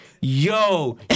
Yo